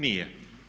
Nije.